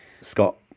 Scott